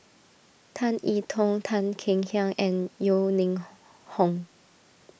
Tan I Tong Tan Kek Hiang and Yeo Ning Hong